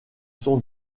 sont